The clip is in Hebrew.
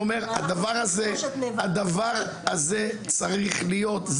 הדבר הזה צריך להיות,